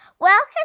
Welcome